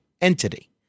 entity